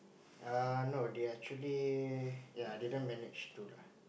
err no they're actually ya didn't manage to lah